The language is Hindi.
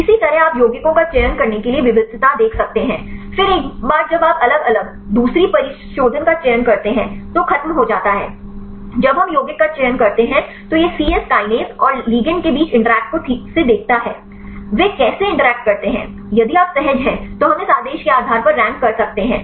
इसी तरह आप यौगिकों का चयन करने के लिए विविधता देख सकते हैं फिर एक बार जब आप अलग अलग दूसरी परिशोधन का चयन करते हैं तो खत्म हो जाता है जब हम यौगिक का चयन करते हैं तो यह सी यस काइनेज और लिगैंड के बीच इंटरैक्ट को ठीक से देखता है वे कैसे इंटरैक्ट करते हैं यदि आप सहज हैं तो हम इस आदेश के आधार पर रैंक कर सकते हैं